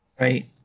Right